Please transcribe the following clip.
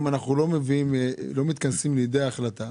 לא מתכנסים לידי החלטה